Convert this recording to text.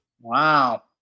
Wow